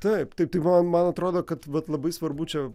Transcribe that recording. taip taip tai va man atrodo kad vat labai svarbu čia